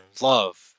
love